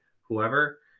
whoever